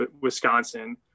Wisconsin